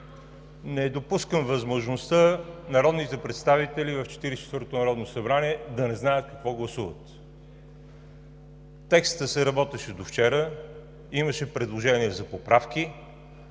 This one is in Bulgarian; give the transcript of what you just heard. Не допускам възможността народните представители в Четиридесет и четвъртото народно събрание да не знаят какво гласуват. Текстът се работеше до вчера. Имаше предложения за поправки.